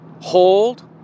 hold